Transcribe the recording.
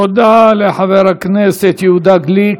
תודה לחבר הכנסת יהודה גליק.